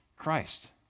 christ